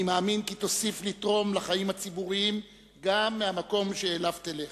אני מאמין כי תוסיף לתרום לחיים הציבוריים גם מהמקום שאליו תלך.